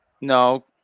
No